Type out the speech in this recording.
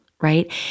right